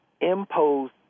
imposed